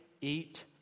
eat